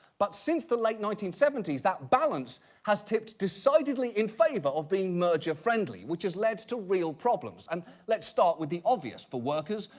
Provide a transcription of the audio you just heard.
but since the late nineteen seventy s, that balance has tipped decidedly in favor of being merger friendly, which has led to real problems. and let's start with the obvious, for workers,